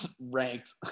ranked